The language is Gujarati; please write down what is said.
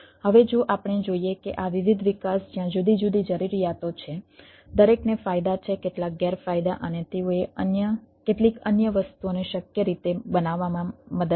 હવે જો આપણે જોઈએ કે આ વિવિધ વિકાસ જ્યાં જુદી જુદી જરૂરિયાતો છે દરેકને ફાયદા છે કેટલાક ગેરફાયદા અને તેઓએ કેટલીક અન્ય વસ્તુઓને શક્ય રીતે બનાવવામાં મદદ કરી